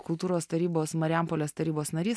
kultūros tarybos marijampolės tarybos narys